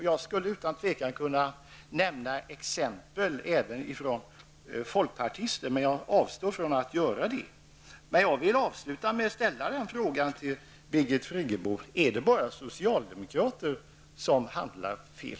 Jag skulle utan tvekan kunna nämna exempel även på folkpartister som uttryckt sig oetiskt, men jag avstår från att göra detta. Jag vill avsluta med att ställa en fråga till Birgit Friggebo: Är det bara socialdemokraterna som handlar fel?